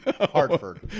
Hartford